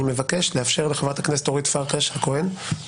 סליחה, סליחה, חבר הכנסת גלעד קריב, תודה.